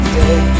day